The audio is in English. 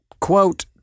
quote